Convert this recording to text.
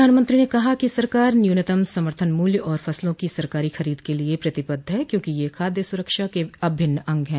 प्रधानमंत्री ने कहा है कि सरकार न्यूनतम समर्थन मूल्य और फसलों की सरकारी खरीद के लिए प्रतिबद्ध हैं क्योंकि ये खाद्य सुरक्षा के अभिन्न अंग है